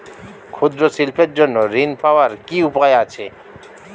ক্ষুদ্র শিল্পের জন্য ঋণ পাওয়ার কি উপায় আছে?